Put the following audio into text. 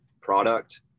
product